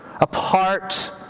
apart